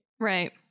Right